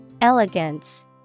Elegance